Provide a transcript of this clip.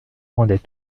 rendait